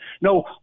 No